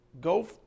Go